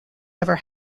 ever